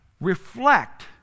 reflect